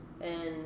and-